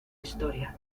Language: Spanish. historia